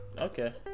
Okay